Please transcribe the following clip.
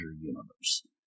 universe